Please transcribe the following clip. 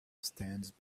stands